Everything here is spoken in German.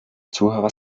zuhörer